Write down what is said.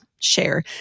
share